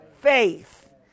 faith